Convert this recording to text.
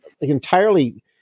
entirely